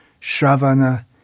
Shravana